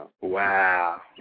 Wow